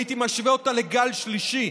הייתי משווה אותה לגל שלישי.